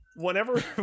Whenever